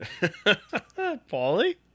Paulie